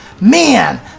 man